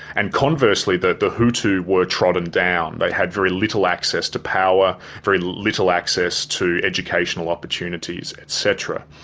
and conversely the the hutu were trodden down. they had very little access to power, very little access to educational opportunities, etc.